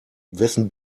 wessen